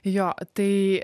jo tai